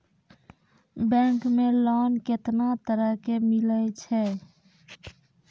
Bank मे loan कैतना तरह के मिलै छै?